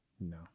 No